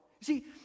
See